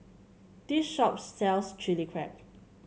this shop sells Chili Crab